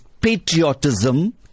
patriotism